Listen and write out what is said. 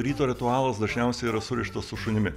ryto ritualas dažniausiai yra surištas su šunimi